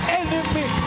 enemy